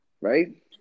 right